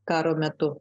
karo metu